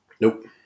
Nope